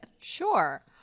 Sure